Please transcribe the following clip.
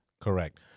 Correct